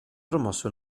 promosse